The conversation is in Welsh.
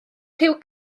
rhyw